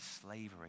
slavery